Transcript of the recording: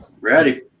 Ready